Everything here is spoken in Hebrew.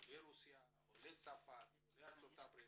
עולי רוסיה, צרפת, אתיופיה, ארצות הברית.